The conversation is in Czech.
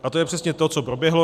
A to je přesně to, co proběhlo.